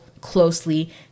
closely